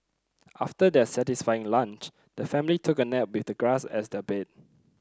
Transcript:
after their satisfying lunch the family took a nap with the grass as their bed